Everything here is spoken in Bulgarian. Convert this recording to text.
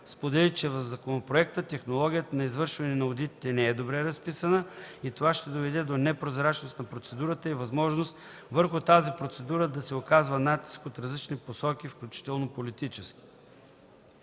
сподели, че в законопроекта технологията на извършване на одитите не е добре разписана и това ще доведе до непрозрачност на процедурата и възможност върху тази процедура да се оказва натиск от различни посоки, включително политически